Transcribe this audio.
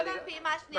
לגבי הפעימה השניה,